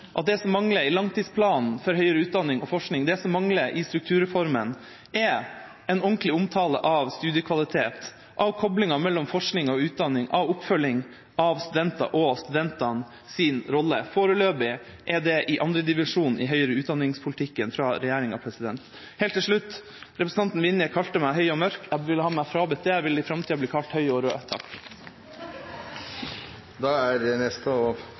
at det som mangler i langtidsplanen for høyere utdanning og forskning, det som mangler i strukturreformen, er en ordentlig omtale av studiekvalitet, av koblingen mellom forskning og utdanning og av oppfølging av studentene og studentenes rolle. Foreløpig er det i andre divisjon i høyere utdanningspolitikken fra regjeringa. Helt til slutt: Representanten Vinje kalte meg høy og mørk. Jeg vil ha meg frabedt det. Jeg vil i framtida bli kalt høy og